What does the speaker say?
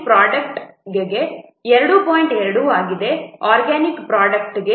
2 ಆಗಿದೆ ಆರ್ಗ್ಯಾನಿಕ್ ಪ್ರೊಡಕ್ಟ್ಗೆ k value 1